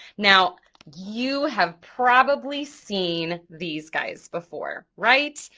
now you have probably seen these guys before, right?